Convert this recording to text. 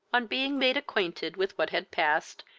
on being made acquainted with what had passed,